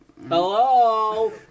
Hello